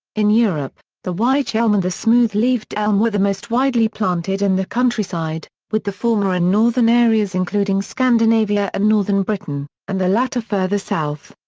in europe, the wych elm and the smooth-leaved elm were the most widely planted in and the countryside, with the former in northern areas including scandinavia and northern britain, and the latter further south.